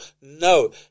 No